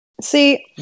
see